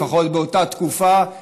לפחות באותה תקופה,